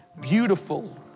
beautiful